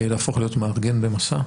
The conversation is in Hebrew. להפוך להיות מארגן ב'מסע'?